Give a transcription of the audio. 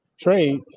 trade